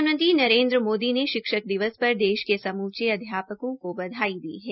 प्रधानमंत्री नरेन्द्र मोदी ने शिक्षक दियस पर देश के समुचे अध्यापकों को बधाई दी ह